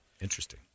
Interesting